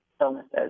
illnesses